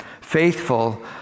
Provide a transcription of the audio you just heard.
Faithful